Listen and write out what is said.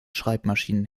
schreibmaschinen